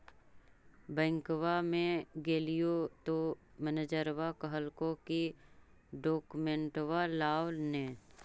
बैंकवा मे गेलिओ तौ मैनेजरवा कहलको कि डोकमेनटवा लाव ने?